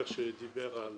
אל תלך לחפש.